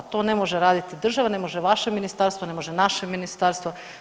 To ne može raditi država, ne može vaše ministarstvo, ne može naše ministarstvo.